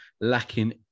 lacking